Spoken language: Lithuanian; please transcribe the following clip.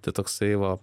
tai toksai va